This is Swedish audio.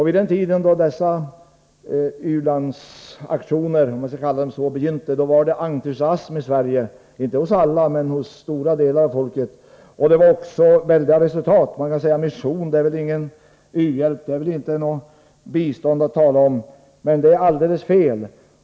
Vid den tiden, då den här u-landsverksamheten begynte, var det entusiasm i Sverige — inte hos alla men hos stora delar av folket. Man uppnådde också väldiga resultat. Man kan kanske invända att mission inte är någon u-hjälp, inte något bistånd att tala om, men det är alldeles fel.